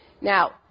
Now